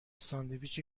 ساندویچ